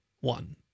One